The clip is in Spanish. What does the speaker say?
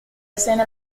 escena